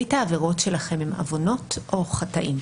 מרבית העבירות שלכם הן עוונות או חטאים?